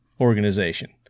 Organization